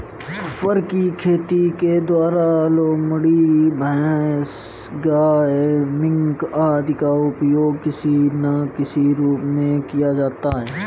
फर की खेती के द्वारा लोमड़ी, भैंस, गाय, मिंक आदि का उपयोग किसी ना किसी रूप में किया जाता है